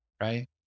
right